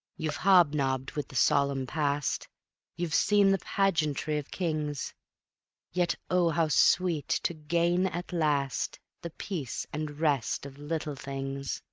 you've hob-nobbed with the solemn past you've seen the pageantry of kings yet oh, how sweet to gain at last the peace and rest of little things!